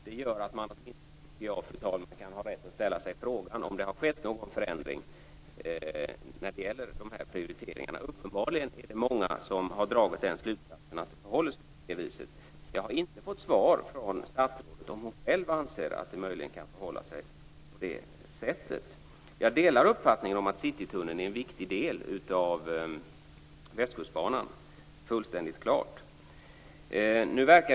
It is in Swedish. Åtminstone tycker jag att detta gör att man kan ha rätt att ställa sig frågan om någon förändring har skett när det gäller prioriteringarna. Uppenbarligen har många dragit slutsatsen att det förhåller sig på det viset. Jag har inte fått svar från statsrådet på om hon själv anser att det möjligen kan förhålla sig så. Jag delar uppfattningen om att Citytunneln är en viktig del av Västkustbanan. Det är fullständigt klart. Fru talman!